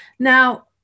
Now